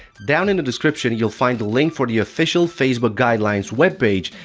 down in the description you'll find the link for the official facebook guidelines web page,